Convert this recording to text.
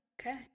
okay